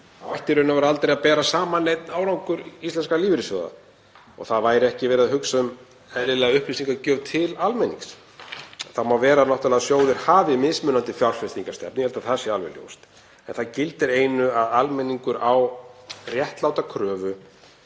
þá ætti í raun og veru aldrei að bera saman neinn árangur íslenskra lífeyrissjóða og það væri ekki verið að hugsa um eðlilega upplýsingagjöf til almennings. Það má vera að sjóðir hafi mismunandi fjárfestingarstefnu, ég held að það sé alveg ljóst, en það gildir einu, almenningur á réttláta kröfu